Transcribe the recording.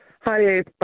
Hi